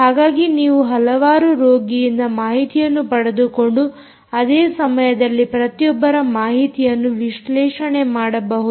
ಹಾಗಾಗಿ ನೀವು ಹಲವಾರು ರೋಗಿಯಿಂದ ಮಾಹಿತಿಯನ್ನು ಪಡೆದುಕೊಂಡು ಅದೇ ಸಮಯದಲ್ಲಿ ಪ್ರತಿಯೊಬ್ಬರ ಮಾಹಿತಿಯನ್ನು ವಿಶ್ಲೇಷಣೆ ಮಾಡಬಹುದು